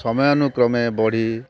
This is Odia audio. ସମୟାନୁକ୍ରମେ ବଢ଼ି